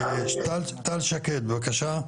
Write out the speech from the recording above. טל שקד, בבקשה,